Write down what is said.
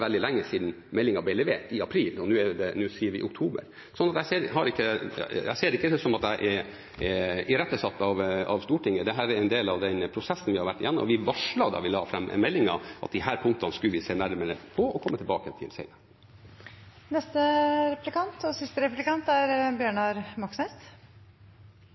veldig lenge siden meldingen ble levert, i april, og nå skriver vi oktober. Så jeg ser det ikke som at jeg er irettesatt av Stortinget. Dette er en del av den prosessen vi har vært igjennom. Vi varslet da vi la fram meldingen, at disse punktene skulle vi se nærmere på og komme tilbake til seinere. Flere ganger har regjeringen slått fast at utbetalingen de første årene etter at dagens ordning ble innført og